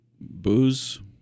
Booze